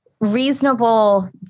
reasonable